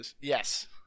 Yes